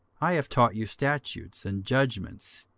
i have taught you statutes and judgments,